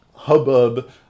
hubbub